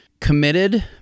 committed